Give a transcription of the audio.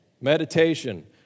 Meditation